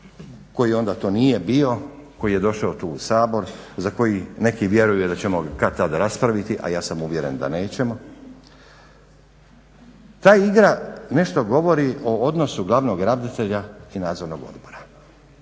koji onda to nije bio, koji je došao tu u Sabor, za koji neki vjeruju da ćemo ga kad-tad raspraviti, a ja sam uvjeren da nećemo. Ta igra nešto govori o odnosu glavnog ravnatelja i Nadzornog odbora